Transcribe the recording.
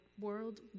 World